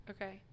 Okay